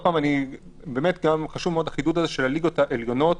אני מדגיש שמדובר בליגות העליונות,